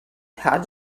how